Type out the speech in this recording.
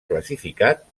classificat